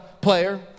player